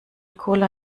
cola